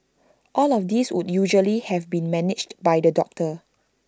all of this would usually have been managed by the doctor